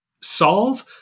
solve